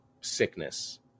sickness